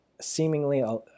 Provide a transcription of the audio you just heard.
seemingly